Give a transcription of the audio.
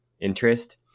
interest